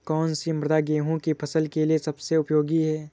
कौन सी मृदा गेहूँ की फसल के लिए सबसे उपयोगी है?